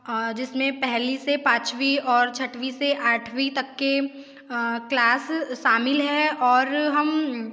जिसमें पहली से पाँचवीं और छठवीं से आठवीं तक के क्लास शामिल हैं और हम